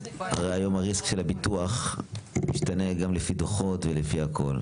הרי היום הריסק של הביטוח הוא משתנה גם לפי דוחות ולפי הכל.